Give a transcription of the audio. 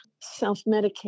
self-medicate